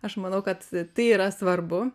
aš manau kad tai yra svarbu